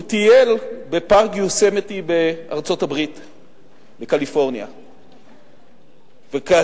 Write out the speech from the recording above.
הוא טייל בפארק יוסמיטי בקליפורניה בארצות-הברית.